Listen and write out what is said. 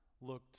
looked